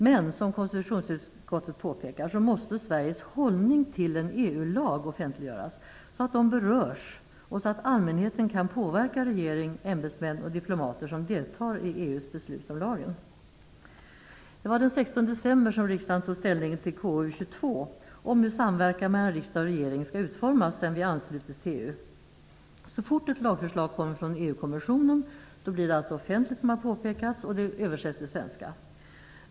Men som konstitutionsutskottet påpekar måste Sveriges hållning till en EU lag offentliggöras, så att de som berörs och allmänheten kan påverka regering, ämbetsmän och diplomater som deltar i EU:s beslut om lagen. Det var den 16 december som riksdagen tog ställning till KU:s betänkande 22 om hur samverkan mellan riksdag och regering skall utformas sedan vi anslutits till EU. Så fort ett lagförslag kommer från EU kommissionen blir det alltså offentligt, som har påpekats. Det översätts till svenska.